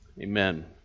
Amen